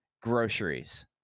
groceries